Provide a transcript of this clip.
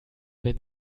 wenn